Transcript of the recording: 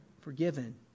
forgiven